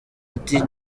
ati